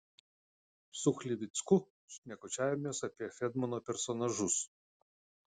su chlivicku šnekučiavomės apie feldmano personažus